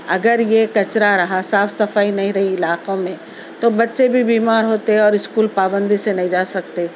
اگر یہ کچرا رہا صاف صفائی نہیں رہی علاقوں میں تو بچے بھی بیمار ہوتے اور اسکول پابندی سے نہیں جا سکتے